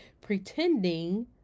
pretending